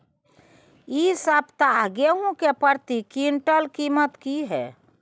इ सप्ताह गेहूं के प्रति क्विंटल कीमत की हय?